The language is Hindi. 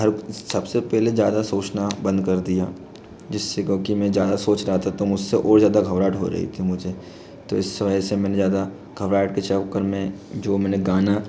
हल सब से पहले ज़्यादा सोचना बंद कर दिया जिस से क्योंकि मैं ज़्यादा सोच रहा था तो मुझ से और ज़्यादा घबराहट हो रही थी मुझे तो इस वजह से मैंने ज़्यादा घबराहट के चक्कर में जो मैंने गाना